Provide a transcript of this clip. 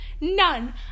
none